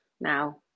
now